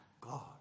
God